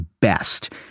best